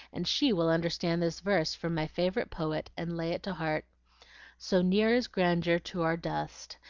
and she will understand this verse from my favorite poet, and lay it to heart so near is grandeur to our dust,